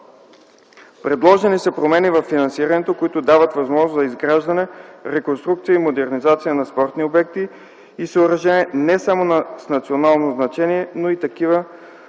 Предложени са промени във финансирането, които дават възможност за изграждане, реконструкция и модернизация на спортни обекти и съоръжения – не само с национално значение, но и такива